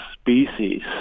species